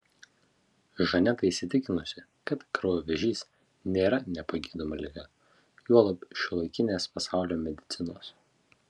žaneta įsitikinusi kad kraujo vėžys nėra nepagydoma liga juolab šiuolaikinės pasaulio medicinos